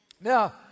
Now